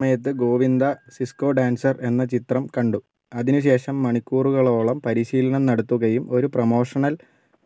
ഈ സമയത്ത് Govinda disco dancer എന്ന ചിത്രം കണ്ടു അതിനുശേഷം മണിക്കൂറുകളോളം പരിശീലനം നടത്തുകയും ഒരു പ്രൊമോഷണൽ